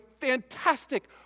fantastic